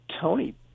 Tony